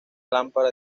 lámpara